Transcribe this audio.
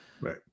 Right